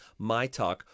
MyTalk